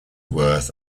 worth